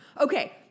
Okay